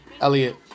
Elliot